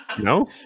No